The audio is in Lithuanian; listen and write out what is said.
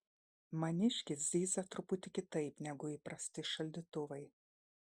maniškis zyzia truputį kitaip negu įprasti šaldytuvai